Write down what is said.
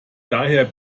daher